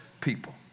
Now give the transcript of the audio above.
people